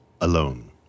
alone